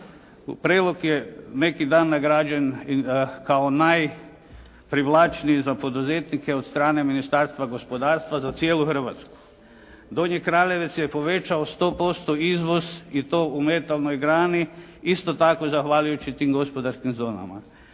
Prelog je neki dan nagrađen kao najprivlačniji za poduzetnike od strane Ministarstva gospodarstva za cijelu Hrvatsku. Donji Kraljevec je povećao 100% izvoz i to u metalnoj grani, isto tako zahvaljujući tim gospodarskim zonama.